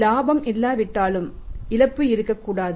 இலாபம் இல்லாவிட்டாலும் இழப்பு இருக்கக் கூடாது